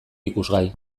ikusgai